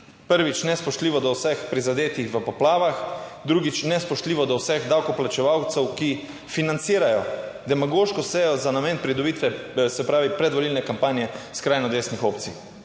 Prvič, nespoštljivo do vseh prizadetih v poplavah, drugič, nespoštljivo do vseh davkoplačevalcev, ki financirajo demagoško sejo za namen pridobitve, se pravi predvolilne kampanje skrajno desnih opcij.